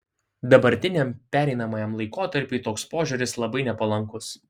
dabartiniam pereinamajam laikotarpiui toks požiūris labai nepalankus